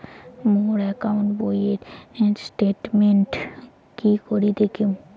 মোর account বইয়ের statement কি করি দেখিম?